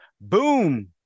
Boom